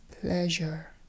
pleasure